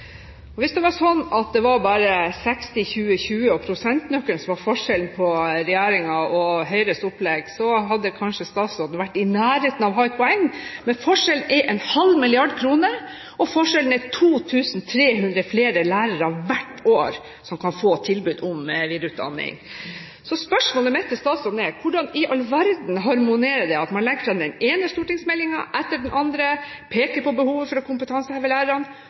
lærerkompetansen. Hvis det var sånn at det bare var 60–20–20 og prosentnøkkelen som var forskjellen på regjeringens og Høyres opplegg, så hadde kanskje statsråden vært i nærheten av å ha et poeng, men forskjellen er en halv milliard kroner, og forskjellen er 2 300 flere lærere hvert år som kan få tilbud om videreutdanning. Så spørsmålet mitt til statsråden er: Hvordan i all verden harmonerer det at man legger fram den ene stortingsmeldingen etter den andre, peker på behovet for